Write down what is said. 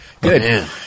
Good